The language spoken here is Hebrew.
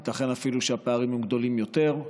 ייתכן אפילו שהפערים הם גדולים יותר.